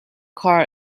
car